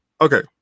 Okay